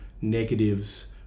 negatives